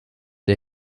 der